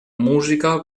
música